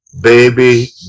Baby